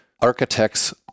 architects